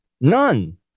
None